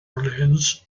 orleans